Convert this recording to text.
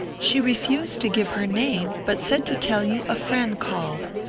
she refused to give her name, but said to tell you a friend called.